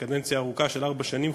קדנציה ארוכה של ארבע שנים,